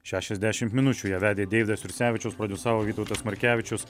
šešiasdešimt minučių ją vedė deividas jursevičius prodiusavo vytautas markevičius